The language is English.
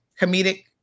comedic